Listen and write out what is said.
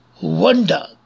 wonder